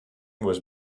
was